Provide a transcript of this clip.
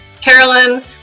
carolyn